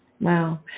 wow